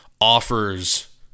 offers